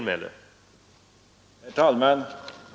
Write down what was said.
Herr talman!